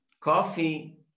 coffee